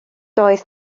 doedd